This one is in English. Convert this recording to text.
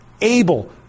able